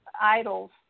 idols